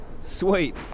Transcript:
Sweet